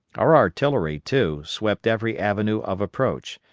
our artillery, too, swept every avenue of approach,